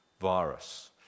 virus